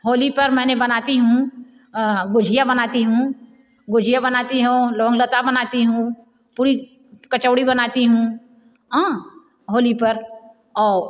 होली पर मैंने बनती हूँ गुजिया बनती हूँ गुजिया बनती हूँ लौंग लत्ता बनती हूँ पूड़ी कचौड़ी बनाती हूँ होली पर आउ